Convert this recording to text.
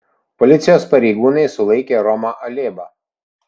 policijos pareigūnai sulaikė romą alėbą